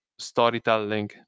storytelling